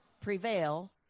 prevail